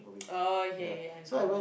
oh okay okay understandable